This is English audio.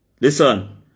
Listen